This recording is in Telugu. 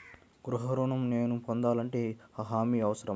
గృహ ఋణం నేను పొందాలంటే హామీ అవసరమా?